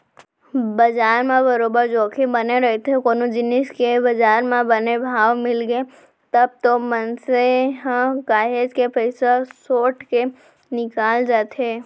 बजार म बरोबर जोखिम बने रहिथे कोनो जिनिस के बजार म बने भाव मिलगे तब तो मनसे ह काहेच के पइसा सोट के निकल जाथे